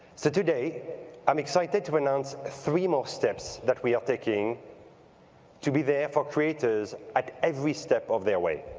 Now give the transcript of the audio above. so today i'm excited to announce three more steps that we are taking to be there for creators and at every step of their way.